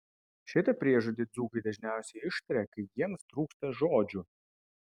šitą priežodį dzūkai dažniausiai ištaria kai jiems trūksta žodžių